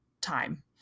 time